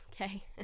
Okay